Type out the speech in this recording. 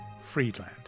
friedland